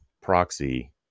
proxy